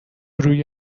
روی